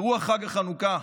ברוח חג החנוכה,